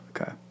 Okay